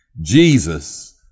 Jesus